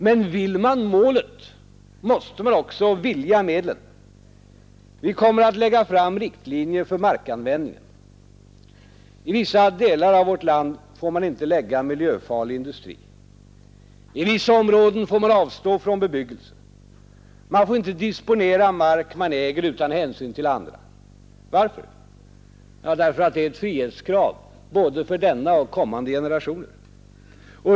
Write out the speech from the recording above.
Men vill man målet måste man också vilja medlen, Vi kommer att lägga fram riktlinjer för markanvändningen. I vissa delar av vårt land får man inte lägga miljöfarlig industri. I vissa områden får man avstå från bebyggelse. Man får inte disponera mark man äger utan hänsyn till andra. Varför? Därför att det är ett frihetskrav, både för denna och kommande generationer.